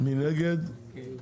מי נמנע?